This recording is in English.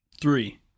Three